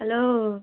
hello